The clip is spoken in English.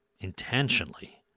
intentionally